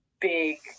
big